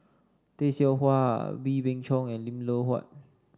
Tay Seow Huah Wee Beng Chong and Lim Loh Huat